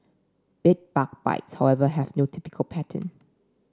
bed bug bites however have no typical pattern